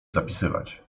zapisywać